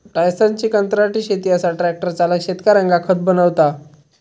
टायसनची कंत्राटी शेती असा ट्रॅक्टर चालक शेतकऱ्यांका खत बनवता